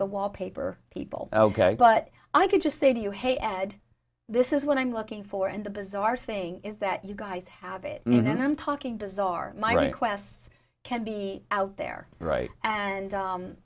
the wallpaper people ok but i could just say to you hey ed this is what i'm looking for in the bizarre thing is that you guys have it and i'm talking bizarre my requests can be out there right and